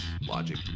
Logic